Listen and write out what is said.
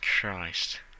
Christ